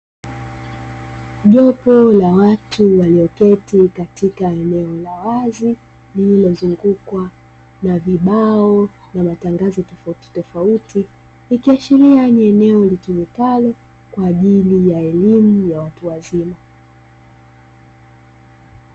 Jopo la watu walioketi katika eneo la wazi lililozungukwa na vibao na matangazo tofautitofauti, ikiashiria ni eneo litumikalo kwa ajili ya elimu ya watu wazima.